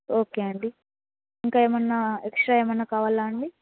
okay అండి ఇంకా ఏమైనా ఎక్స్ట్రా ఏమైనా కావాలా అండి